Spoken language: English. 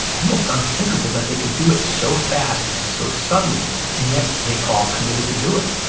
almost unthinkable that they could do it so fast and so suddenly, and yet they all committed to do it